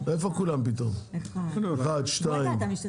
נגד 2. אין נמנעים.